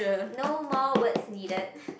no more words needed